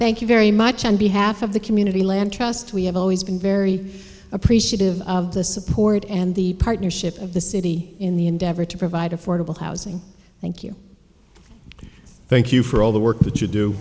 thank you very much on behalf of the community land trust we have always been very appreciative of the support and the partnership of the city in the endeavor to provide affordable housing thank you thank you for all the work that you do